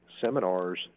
seminars